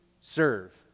serve